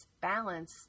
balance